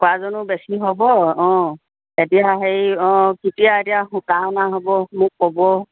উপাৰ্জনো বেছি হ'ব অঁ এতিয়া হেৰি অঁ কেতিয়া এতিয়া সূতা অনা হ'ব মোক ক'ব